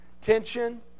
tension